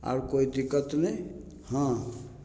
आओर कोइ दिक्कत नहि हँ